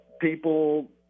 people